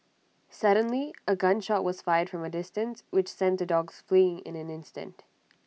suddenly A gun shot was fired from A distance which sent the dogs fleeing in an instant